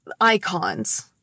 Icons